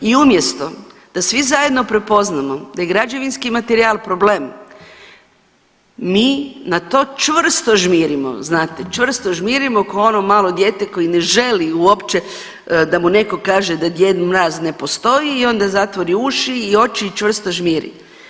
I umjesto da svi zajedno prepoznamo da je građevinski materijal problem mi na to čvrsto žmirimo znate, čvrsto žmirimo ko ono malo dijete koje ne želi uopće da mu netko kaže da Djed Mraz ne postoji i onda zatvori uši i oči i čvrst žmiri.